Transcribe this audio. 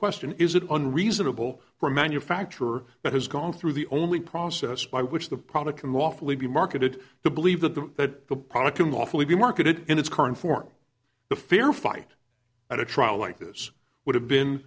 question is it unreasonable for a manufacturer that has gone through the only process by which the product can lawfully be marketed to believe that the that the product can lawfully be marketed in its current form the fair fight at a trial like this would have been